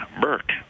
Burke